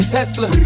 Tesla